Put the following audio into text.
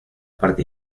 parte